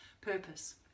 purpose